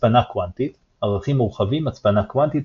הצפנה קוונטית ערכים מורחבים – הצפנה קוונטית,